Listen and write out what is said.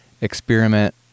experiment